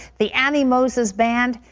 the annie moses band.